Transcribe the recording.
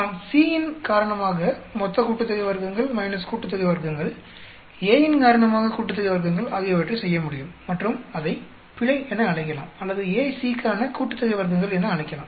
நாம் C இன் காரணமாக மொத்த கூட்டுத்தொகை வர்க்கங்கள் கூட்டுத்தொகை வர்க்கங்கள் Aன் காரணமாக கூட்டுத்தொகை வர்க்கங்கள் ஆகியவற்றை செய்யமுடியும் மற்றும் அதை பிழை என அழைக்கலாம் அல்லது AC க்கான கூட்டுத்தொகை வர்க்கங்கள் என்று அழைக்கலாம்